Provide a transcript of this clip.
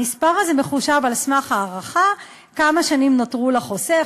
המספר הזה מחושב על סמך ההערכה כמה שנים נותרו לחוסך,